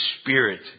spirit